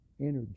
energy